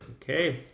Okay